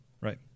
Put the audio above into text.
Right